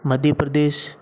Madhya Pradesh